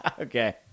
Okay